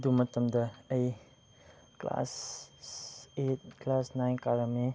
ꯑꯗꯨ ꯃꯇꯝꯗ ꯑꯩ ꯀ꯭ꯂꯥꯁ ꯑꯩꯠ ꯀ꯭ꯂꯥꯁ ꯅꯥꯏꯟ ꯀꯥꯔꯝꯃꯦ